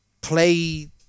play